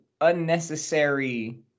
unnecessary